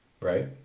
right